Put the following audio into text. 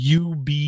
UB